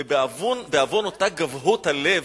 ובעוון אותה גבהות הלב,